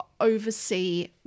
oversee